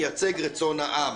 מייצג רצון העם."